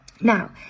Now